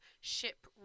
ship